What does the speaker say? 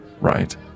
right